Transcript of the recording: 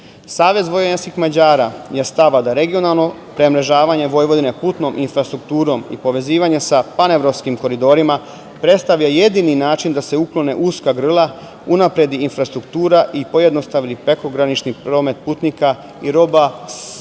najkraćim putem. SVM je stava da regionalno premrežavanje Vojvodine putnom infrastrukturom i povezivanje sa panevropskim koridorima predstavlja jedini način da se uklone uska grla, unapredi infrastruktura i pojednostavi prekogranični promet putnika i roba sa